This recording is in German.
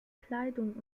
kleidung